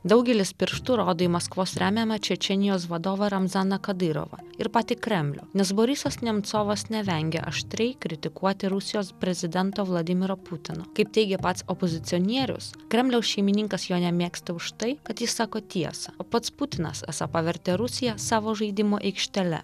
daugelis pirštu rodo į maskvos remiamą čečėnijos vadovą ramdzaną kadirovą ir patį kremlių nes borisas nemcovas nevengia aštriai kritikuoti rusijos prezidento vladimiro putino kaip teigia pats opozicionierius kremliaus šeimininkas jo nemėgsta už tai kad jis sako tiesą o pats putinas esą pavertė rusiją savo žaidimo aikštele